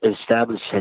established